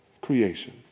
creation